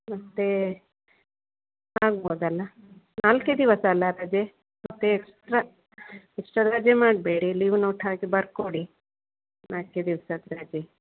ಮತ್ತು ಆಗ್ಬೋದಲ್ವ ನಾಲ್ಕೇ ದಿವಸ ಅಲ್ವ ರಜೆ ಮತ್ತೆ ಎಕ್ಸ್ಟ್ರಾ ಎಕ್ಸ್ಟ್ರಾ ರಜೆ ಮಾಡಬೇಡಿ ಲೀವ್ ನೋಟ್ ಹಾಕಿ ಬರ್ಕೊಡಿ ನಾಲ್ಕೇ ದಿವ್ಸದ ರಜೆ